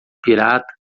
pirata